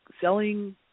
selling